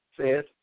says